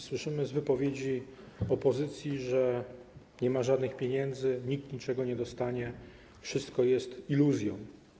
Słyszymy z wypowiedzi opozycji, że nie ma żadnych pieniędzy, nikt niczego nie dostanie, wszystko jest iluzją.